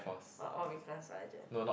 uh all because sergeant